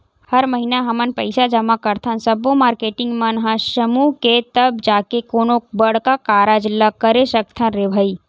हर महिना हमन पइसा जमा करथन सब्बो मारकेटिंग मन ह समूह के तब जाके कोनो बड़का कारज ल करे सकथन रे भई